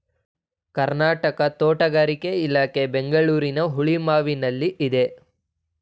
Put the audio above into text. ಕರ್ನಾಟಕ ತೋಟಗಾರಿಕೆ ಇಲಾಖೆ ಬೆಂಗಳೂರಿನ ಹುಳಿಮಾವಿನಲ್ಲಿದೆ